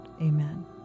amen